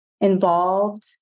involved